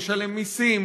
משלם מיסים,